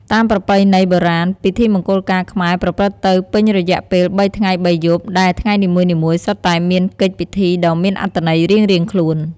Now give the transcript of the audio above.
តាមប្រពៃណីបុរាណ ពិធីមង្គលការខ្មែរប្រព្រឹត្តទៅពេញរយៈពេលបីថ្ងៃបីយប់ ដែលថ្ងៃនីមួយៗសុទ្ធតែមានកិច្ចពិធីដ៏មានអត្ថន័យរៀងៗខ្លួន។